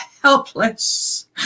Helpless